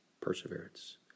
perseverance